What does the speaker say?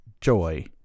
joy